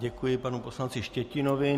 Děkuji panu poslanci Štětinovi.